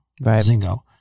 Zingo